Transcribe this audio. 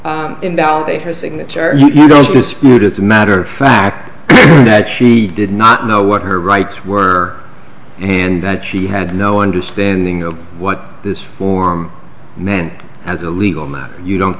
t invalidate her signature just as a matter of fact that she did not know what her rights were and that she had no understanding of what this form meant as a legal matter you don't